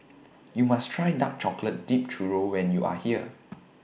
YOU must Try Dark Chocolate Dipped Churro when YOU Are here